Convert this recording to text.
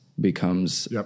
becomes